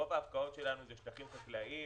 רוב ההפקעות שלנו הן בשטחים חקלאיים,